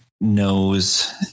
knows